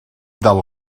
del